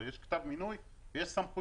הרי יש כתב מינוי ויש סמכויות,